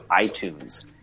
iTunes